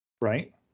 right